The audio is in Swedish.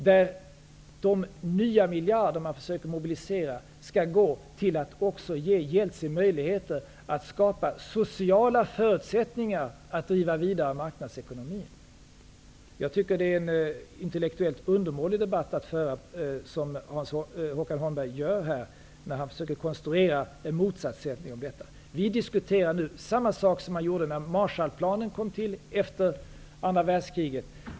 De nya miljarderna som vi försöker mobilisera skall gå till att också ge Jeltsin möjligheter att skapa sociala förutsättningar för att driva marknadsekonomin vidare. När Håkan Holmberg försöker konstruera en motsättning i detta är det en intellektuellt undermålig debatt som förs. Vi diskuterar samma sak nu som man gjorde när Marshallplanen kom till, efter andra världskriget.